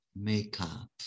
makeup